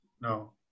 No